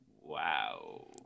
Wow